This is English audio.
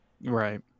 Right